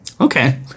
Okay